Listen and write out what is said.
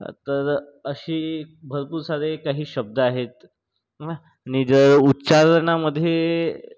तर असे भरपूर सारे काही शब्द आहेत आहे नं जर उच्चारणामधे